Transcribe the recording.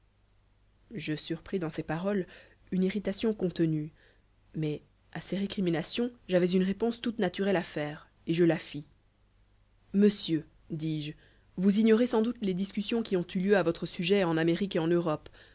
je surpris dans ces paroles une irritation contenue mais à ces récriminations j'avais une réponse toute naturelle à faire et je la fis monsieur dis-je vous ignorez sans doute les discussions qui ont eu lieu à votre sujet en amérique et en europe